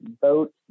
vote